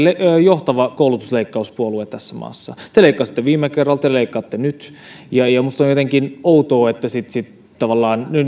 johtava koulutusleikkauspuolue tässä maassa te leikkasitte viime kerralla te leikkaatte nyt ja minusta on jotenkin outoa että nyt tavallaan